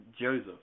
Joseph